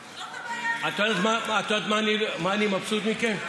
זאת הבעיה, את יודעת ממה אני מבסוט מכם?